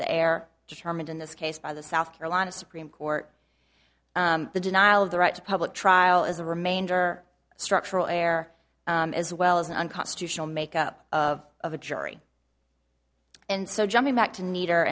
the air determined in this case by the south carolina supreme court the denial of the right to public trial is a remainder structural air as well as an unconstitutional make up of a jury and so jumping back to neither